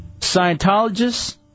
Scientologists